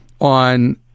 on